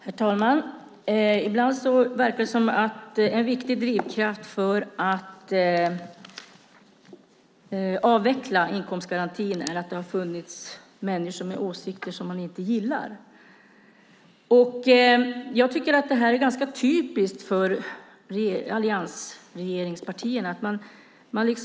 Herr talman! Ibland verkar det som om en viktig drivkraft för att avveckla inkomstgarantin är att det har funnits människor med åsikter som man inte gillar. Jag tycker att det är ganska typiskt för alliansregeringspartierna.